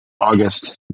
August